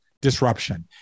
disruption